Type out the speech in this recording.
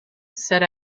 set